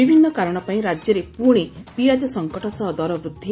ବିଭିନୁ କାରଶ ପାଇଁ ରାଜ୍ୟରେ ପ୍ରଶି ପିଆଜ ସଙ୍କଟ ସହ ଦର ବୃଦ୍ଧି